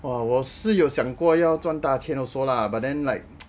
!wah! 我是有过想过要赚大钱 also lah but then like